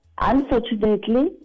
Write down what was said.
Unfortunately